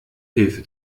hilfe